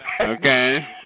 Okay